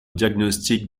diagnostic